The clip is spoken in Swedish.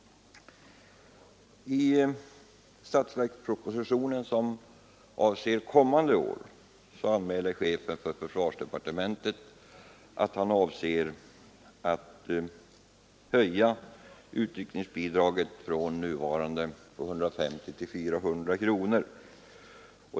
I statsverkspropositionen avseende nästa års budget föreslås en höjning av utryckningsbidraget från nuvarande 250 till 400 kronor.